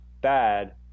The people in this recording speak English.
bad